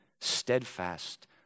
steadfast